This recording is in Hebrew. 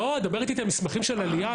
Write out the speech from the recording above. לא, את מדברת איתי על מסמכים של עלייה.